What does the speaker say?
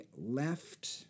left